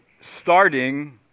starting